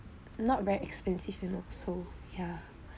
not very expensive you know so ya